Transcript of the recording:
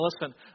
listen